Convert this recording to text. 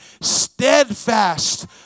steadfast